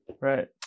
Right